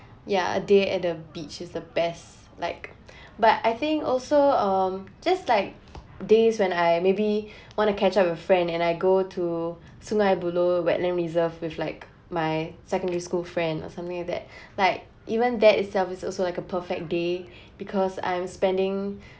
yeah a day at the beach is the best like but I think also um just like days when I maybe want to catch up a friend and I go to sungei buloh wetland reserve with like my secondary school friend or something like that like even that itself is also like a perfect day because I'm spending